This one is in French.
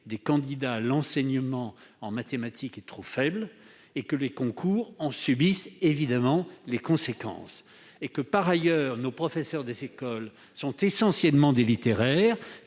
des candidats à cet enseignement est trop faible, et les concours en subissent évidemment les conséquences. Par ailleurs, nos professeurs des écoles sont essentiellement des littéraires,